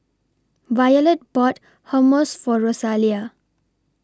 Violet bought Hummus For Rosalia